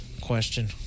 question